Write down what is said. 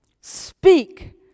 Speak